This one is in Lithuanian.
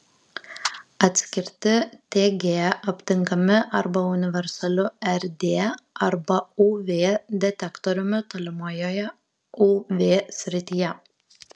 atskirti tg aptinkami arba universaliu rd arba uv detektoriumi tolimojoje uv srityje